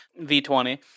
V20